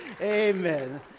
Amen